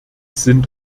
sind